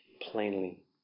plainly